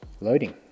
Loading